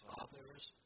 Father's